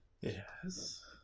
Yes